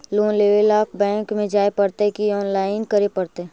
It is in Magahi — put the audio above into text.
लोन लेवे ल बैंक में जाय पड़तै कि औनलाइन करे पड़तै?